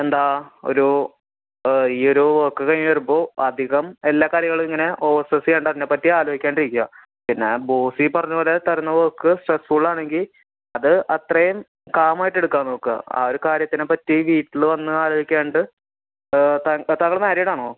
എന്താ ഒരു ഈ ഒരു വേക്ക് കഴിഞ്ഞ് വരുമ്പോൾ അധികം എല്ലാ കാര്യങ്ങളും ഇങ്ങനെ ഓവർ സ്ട്രെസ്സ് ചെയ്യാണ്ട് അതിനെപ്പറ്റി ആലോചിക്കാണ്ടിരിക്കുക പിന്നെ ബോസ് ഈ പറഞ്ഞപോലെ തരുന്ന വേക്ക് സ്ട്രസ്സ്ഫുൾ ആണെങ്കിൽ അത് അത്രയും കാമായിട്ടെടുക്കാൻ നോക്കുക ആ ഒരു കാര്യത്തിനെപ്പറ്റി വീട്ടിൽ വന്ന് ആലോചിക്കാണ്ട് താങ്കള് മാരീഡാണോ